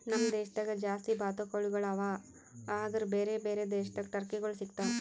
ನಮ್ ದೇಶದಾಗ್ ಜಾಸ್ತಿ ಬಾತುಕೋಳಿಗೊಳ್ ಅವಾ ಆದುರ್ ಬೇರೆ ಬೇರೆ ದೇಶದಾಗ್ ಟರ್ಕಿಗೊಳ್ ಸಿಗತಾವ್